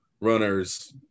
runners